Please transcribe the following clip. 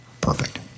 Perfect